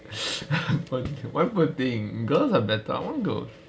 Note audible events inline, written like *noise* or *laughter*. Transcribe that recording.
*laughs* poor thing why poor thing girls are better I want girl